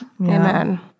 Amen